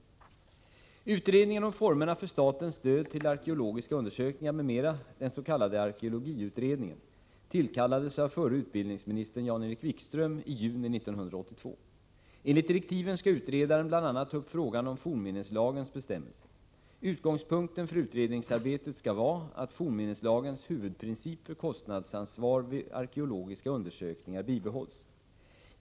Utredningen om formerna för statens stöd till arkeologiska undersökningar m.m., dens.k. arkeologiutredningen, tillkallades av förre utbildningsministern Jan-Erik Wikström i juni 1982. Enligt direktiven skall utredaren bl.a. ta upp frågan om fornminneslagens bestämmelser. Utgångspunkten för utredningsarbetet skall vara att fornminneslagens huvudprincip för kostnadsansvar vid arkeologiska undersökningar bibehålls.